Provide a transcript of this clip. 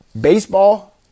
baseball